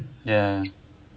ya